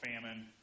famine